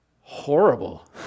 horrible